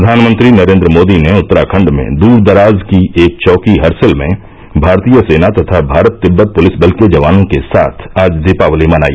प्रधानमंत्री नरेन्द्र मोदी ने उत्तराखंड में दूर दराज की एक चौकी हरसिल में भारतीय सेना तथा भारत तिब्बत पुलिस बल के जवानों के साथ आज दीपावली मनाई